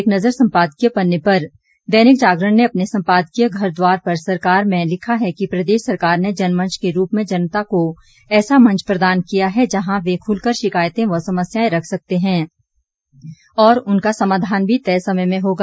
एक नज़र संपादकीय पन्ने पर दैनिक जागरण ने अपने संपादकीय घर द्वार पर सरकार में लिखा है कि प्रदेश सरकार ने जनमंच के रूप में जनता को ऐसा मंच प्रदान किया है जहां वे खुलकर शिकायतें व समस्याएं रख सकते हैं और उनका समाधान भी तय समय में होगा